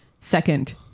second